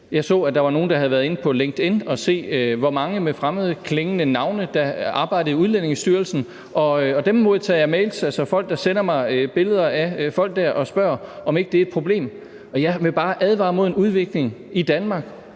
Jeg så, at der var nogle, der havde været inde på LinkedIn for at se, hvor mange med fremmed klingende navne der arbejdede i Udlændingestyrelsen. Og i forhold til det modtager jeg mails fra folk, der sender mig billeder af ansatte der og spørger, om ikke det er et problem. Og jeg vil bare advare mod en udvikling i Danmark,